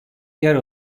yer